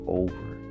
over